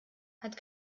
hat